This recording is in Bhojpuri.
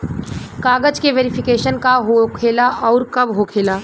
कागज के वेरिफिकेशन का हो खेला आउर कब होखेला?